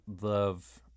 love